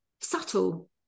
subtle